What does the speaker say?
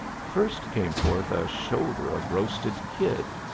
first came forth a shoulder of roasted kid,